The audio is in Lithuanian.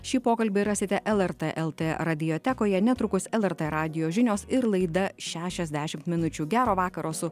šį pokalbį rasite lrt lt radiotekoje netrukus lrt radijo žinios ir laida šešiasdešimt minučių gero vakaro su